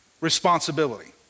responsibility